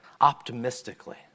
optimistically